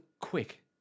quick